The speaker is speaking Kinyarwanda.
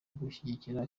gushyigikira